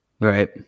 Right